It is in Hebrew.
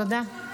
תודה.